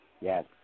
Yes